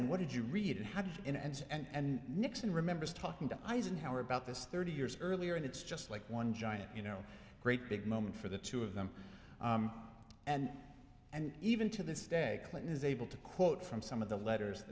and what did you read had in and and nixon remembers talking to eisenhower about this thirty years earlier and it's just like one giant you know great big moment for the two of them and and even to this day clinton is able to quote from some of the letters